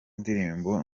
indirimbo